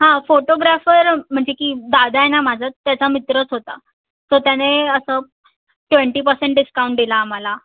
हां फोटोग्राफर म्हणजे की दादा आहे ना माझा त्याचा मित्रच होता तर त्याने असं ट्वेंटी परसेंट डिस्काउंट दिला आम्हाला